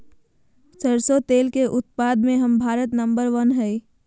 सरसों तेल के उत्पाद मे भारत नंबर वन हइ